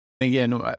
again